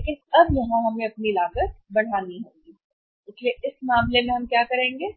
लेकिन अब यहां हमें अपनी लागत बढ़ानी होगी इसलिए इस मामले में हम यहां क्या करेंगे